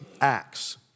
Acts